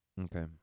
Okay